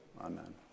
Amen